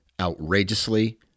outrageously